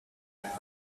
and